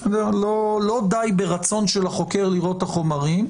לא די ברצון של החוקר לראות את החומרים,